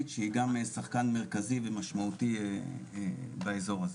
שהיא גם שחקן מרכזי ומשמעותי באזור הזה.